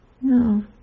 No